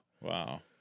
Wow